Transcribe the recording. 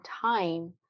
time